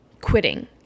quitting